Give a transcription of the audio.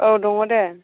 औ दङ' दे